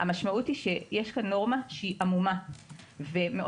המשמעות היא שיש כאן נורמה שהיא עמומה וקשה